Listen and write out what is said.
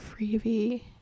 freebie